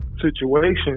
situation